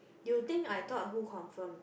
you think I thought who confirm